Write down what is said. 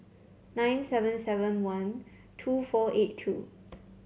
nine seven seven one two four eight two